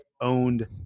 owned